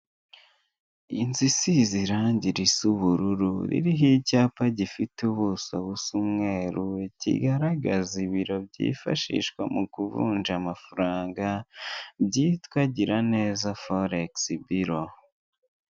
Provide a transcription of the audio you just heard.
Inzu isize irangi risa ubururu, ririho icyapa gifite ubuso busa umweru, kigaragaza ibiro byifashishwa mu kuvunja amafaranga, byitwa Giraneza foregisi biro.